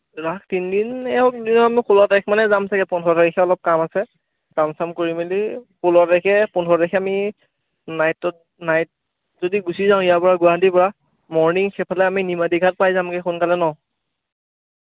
ৰাস তিন দিন নে হওক মই ষোল্ল তাৰিখ মানে যাম চাগৈ পোন্ধৰ তাৰিখে অলপ কাম আছে কাম চাম কৰি মেলি ষোল্ল তাৰিখে পোন্ধৰ তাৰিখে আমি নাইটত নাইট যদি গুচি যাওঁ ইয়াৰপৰা গুৱাহাটীৰপৰা মৰ্ণিং সেইফালে আমি নিমাতীঘাট পাই যামগৈ সোনকালে ন